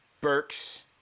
burks